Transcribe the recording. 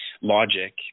logic